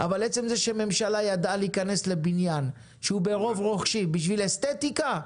עצם זה שממשלה ידעה להיכנס לבניין שהוא ברוב רוכשים בשביל האסתטיקה,